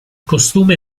costume